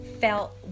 Felt